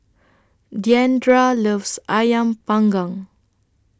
Diandra loves Ayam Panggang